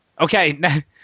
Okay